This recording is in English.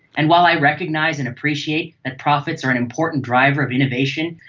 and while i recognise and appreciate that profits are an important driver of innovation,